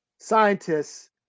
scientists